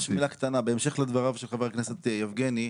בהמשך לדבריו של חבר הכנסת יבגני,